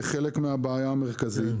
קניין זה חלק מהבעיה המרכזית.